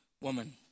woman